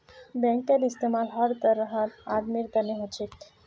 बैंकेर इस्तमाल हर तरहर आदमीर तने हो छेक